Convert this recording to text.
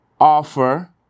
offer